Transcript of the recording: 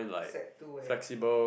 sec two eh